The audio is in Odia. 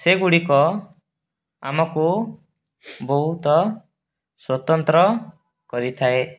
ସେଗୁଡ଼ିକ ଆମକୁ ବହୁତ ସ୍ୱତନ୍ତ୍ର କରିଥାଏ